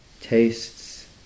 tastes